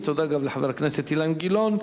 ותודה גם לחבר הכנסת אילן גילאון.